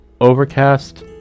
Overcast